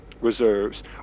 reserves